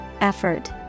effort